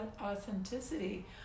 authenticity